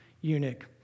eunuch